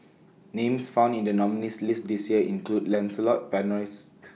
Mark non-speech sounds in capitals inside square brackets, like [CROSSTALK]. Names found in The nominees' list This Year include Lancelot Buy Rice [NOISE]